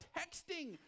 texting